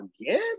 again